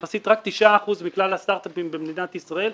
יחסית רק 9% מכלל הסטרטאפים במדינת ישראל,